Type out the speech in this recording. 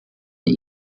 die